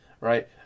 right